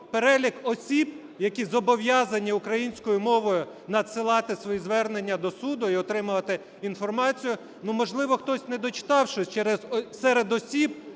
перелік осіб, які зобов'язані українською мовою надсилати свої звернення до суду і отримувати інформацію. Можливо, хтось не дочитав щось, серед осіб